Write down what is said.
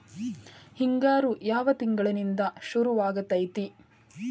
ಹಿಂಗಾರು ಯಾವ ತಿಂಗಳಿನಿಂದ ಶುರುವಾಗತೈತಿ?